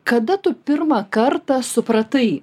kada tu pirmą kartą supratai